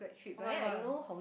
oh-my-god